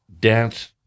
dance